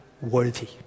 worthy